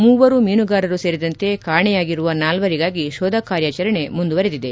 ಮೂವರು ಮೀನುಗಾರರು ಸೇರಿದಂತೆ ಕಾಣೆಯಾಗಿರುವ ನಾಲ್ವರಿಗಾಗಿ ಶೋಧ ಕಾರ್ಯಾಚರಣೆ ಮುಂದುವರೆದಿದೆ